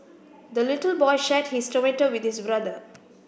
the little boy shared his tomato with his brother